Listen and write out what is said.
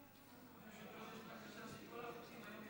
חוק הגז (בטיחות ורישוי)